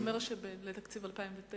זה אומר שלתקציב 2009,